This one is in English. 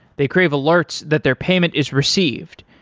they crave alerts that their payment is received.